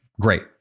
great